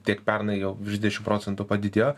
tiek pernai jau virš dvidešimt procentų padidėjo